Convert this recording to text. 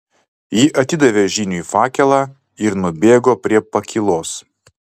ji atidavė žyniui fakelą ir nubėgo prie pakylos